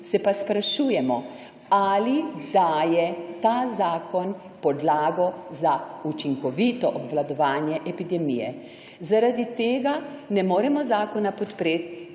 Se pa sprašujemo, ali daje ta zakon podlago za učinkovito obvladovanje epidemije. Zaradi tega ne moremo zakona podpreti